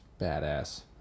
badass